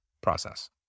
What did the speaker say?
process